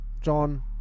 John